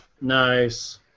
Nice